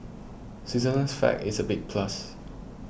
Switzerland's flag is a big plus